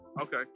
Okay